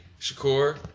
Shakur